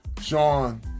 Sean